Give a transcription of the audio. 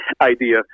idea